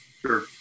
sure